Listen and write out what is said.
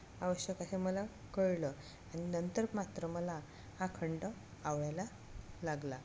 आवश्यक आहे मला कळलं आणि नंतर मात्र मला हा खंड आवडायला लागला